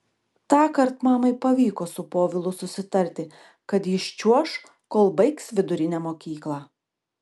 tąkart mamai pavyko su povilu susitarti kad jis čiuoš kol baigs vidurinę mokyklą